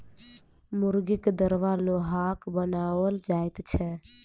मुर्गीक दरबा लोहाक बनाओल जाइत छै